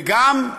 וגם,